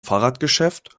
fahrradgeschäft